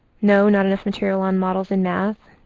no, not enough material on models in math.